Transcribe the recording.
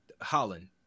Holland